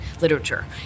literature